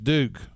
Duke